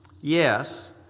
yes